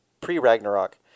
pre-ragnarok